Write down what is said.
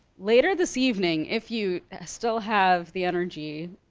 later this evening, if you still have the energy.